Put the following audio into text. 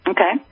Okay